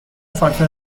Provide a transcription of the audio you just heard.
فاکتور